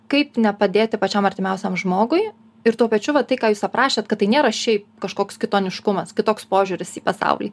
kaip nepadėti pačiam artimiausiam žmogui ir tuo pačiu va tai ką jūs aprašėt kad tai nėra šiaip kažkoks kitoniškumas kitoks požiūris į pasaulį